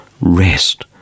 rest